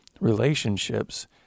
relationships